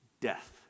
death